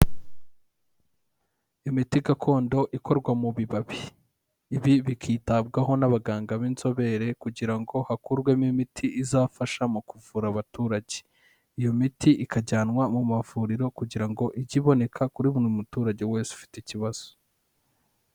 Imiti gakondo ikorwa mu bibabi. Ibi bikitabwaho n'abaganga b'inzobere kugira ngo hakurwemo imiti izafasha mu kuvura abaturage. Iyo miti ikajyanwa mu mavuriro, kugira ngo ijye iboneka kuri buri muturage wese ufite ikibazo.